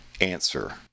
answer